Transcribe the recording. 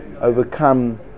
overcome